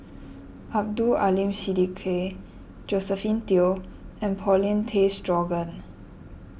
Abdul Aleem Siddique Josephine Teo and Paulin Tay Straughan